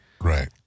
Right